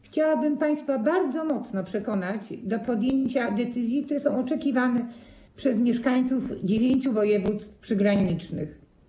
Chciałabym państwa bardzo mocno przekonać do podjęcia decyzji, które są oczekiwane przez mieszkańców dziewięciu województw przygranicznych.